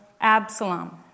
Absalom